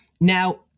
Now